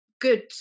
good